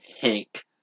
Hank